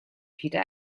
peter